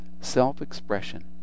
self-expression